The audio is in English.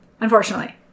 Unfortunately